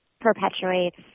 perpetuates